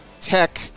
Tech